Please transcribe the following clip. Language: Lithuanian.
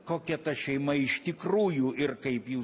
kokia ta šeima iš tikrųjų ir kaip jų